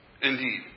indeed